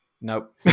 nope